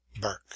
Burke